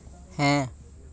ᱦᱮᱸ